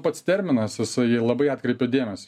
pats terminas jisai labai atkreipia dėmesį